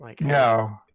No